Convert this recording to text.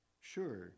Sure